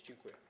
Dziękuję.